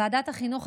ועדת החינוך,